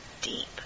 deep